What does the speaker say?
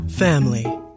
family